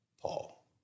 Paul